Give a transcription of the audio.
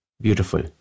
Beautiful